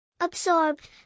Absorbed